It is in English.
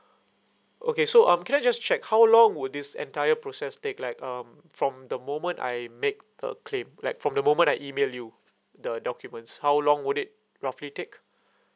okay so um can I just check how long would this entire process take like um from the moment I make the claim like from the moment I email you the documents how long would it roughly take